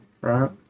right